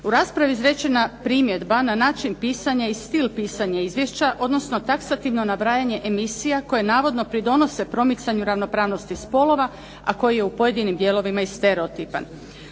U raspravi je izrečena primjedba na način pisanja i stil pisanja izvješća, odnosno taksativno nabrajanje emisija koje navodno pridonose promicanju ravnopravnosti spolova, a koji je u pojedinim dijelovima stereotipan.